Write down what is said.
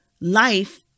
life